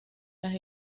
las